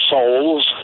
Souls